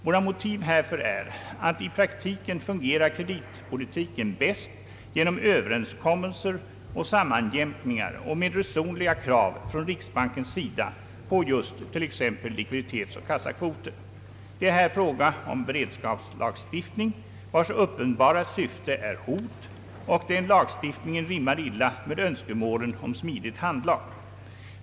Våra motiv härför är att i praktiken fungerar kreditpolitiken bäst genom överenskommelser och sammanjämkningar och med resonliga krav från riksbankens sida på just t.ex. likviditetsoch kassakvoter. Det är här fråga om beredskapslagstiftning, vars uppenbara syfte är hot, och den lagstiftningen rimmar illa med önskemålen om smidigt handlag.